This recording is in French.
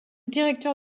directeur